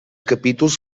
capítols